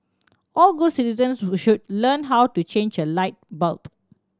all good citizens should learn how to change a light bulb